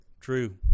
true